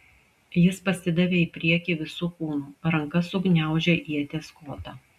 jis pasidavė į priekį visu kūnu ranka sugniaužė ieties kotą